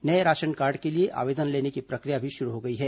नये ration card के लिए आवेदन लेने की प्रक्रिया शुरू हो गई है